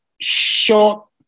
short